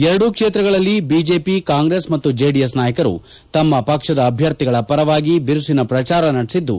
ಎರಡೂ ಕ್ಷೇತ್ರಗಳಲ್ಲಿ ಬಿಜೆಒ ಕಾಂಗ್ರೆಸ್ ಮತ್ತು ಜೆಡಿಎಸ್ ನಾಯಕರು ತಮ್ನ ಪಕ್ಷದ ಅಭ್ಯರ್ಥಿಗಳ ಪರವಾಗಿ ಬಿರುಸಿನ ಪ್ರಚಾರ ನಡೆಸಿದ್ದು